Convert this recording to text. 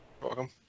Welcome